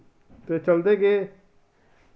ते चलदे गे